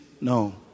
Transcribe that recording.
No